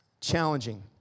challenging